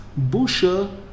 Busha